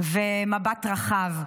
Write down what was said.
ומבט רחב.